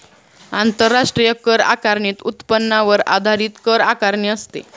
आंतरराष्ट्रीय कर आकारणीत उत्पन्नावर आधारित कर आकारणी असते